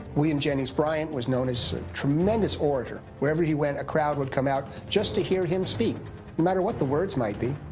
william jennings bryan was known as a tremendous orator. wherever he went, a crowd would come out just to hear him speak no matter what the words might be.